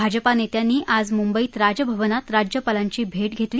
भाजपा नेत्यांनी आज मुंबईत राजभवनात राज्यपालांची भेट घेतली